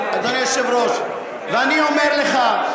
אדוני היושב-ראש, אני אומר לך,